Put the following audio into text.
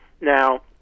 Now